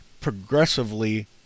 progressively